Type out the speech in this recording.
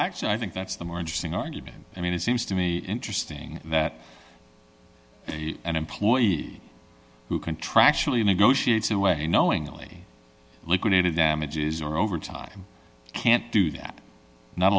actually i think that's the more interesting argument i mean it seems to me interesting that an employee who contractually negotiates away knowingly liquidated damages or over time can't do that not